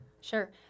Sure